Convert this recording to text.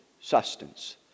sustenance